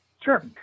Sure